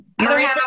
Marissa